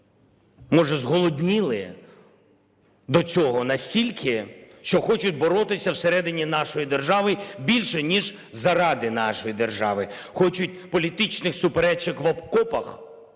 може, зголодніли до цього настільки, що хочуть боротися всередині нашої держави більше ніж заради нашої держави, хочуть політичних суперечок в окопах